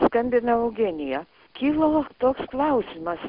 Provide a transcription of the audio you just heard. skambina eugenija kilo toks klausimas